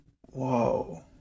whoa